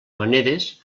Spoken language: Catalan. maneres